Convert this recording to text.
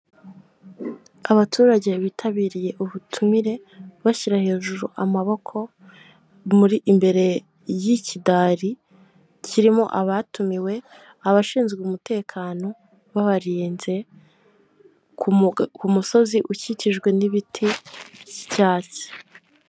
Abaturage bitabiriye ubutumire, bashyira hejuru amaboko imbere y'ikidari kirimo abatumiwe, abashinzwe umutekano b'abarinze ku musozi ukikijwe n'ibiti by'icyatsi.